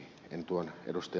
en ed